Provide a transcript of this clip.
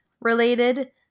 related